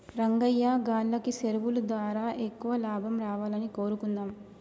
రంగయ్యా గాల్లకి సెరువులు దారా ఎక్కువ లాభం రావాలని కోరుకుందాం